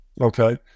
Okay